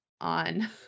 on